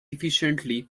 efficiently